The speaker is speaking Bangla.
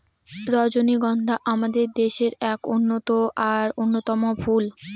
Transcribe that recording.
রজনীগন্ধা আমাদের দেশের এক অনন্য আর অন্যতম ফুল